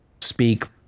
speak